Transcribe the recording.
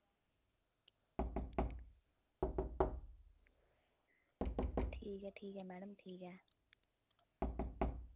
ठीक ऐ ठीक ऐ मैडम